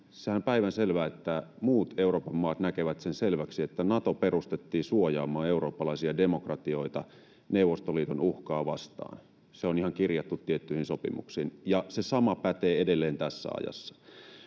On päivänselvää, että muut Euroopan maat näkevät sen selväksi, että Nato perustettiin suojaamaan eurooppalaisia demokratioita Neuvostoliiton uhkaa vastaan — se on ihan kirjattu tiettyihin sopimuksiin — ja se sama pätee edelleen tässä ajassa.